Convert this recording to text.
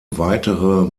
weitere